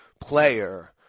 player